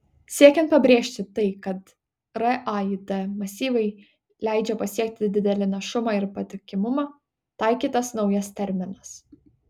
siekiant pabrėžti tai kad raid masyvai leidžia pasiekti didelį našumą ir patikimumą taikytas naujas terminas